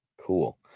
Cool